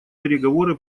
переговоры